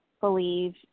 believe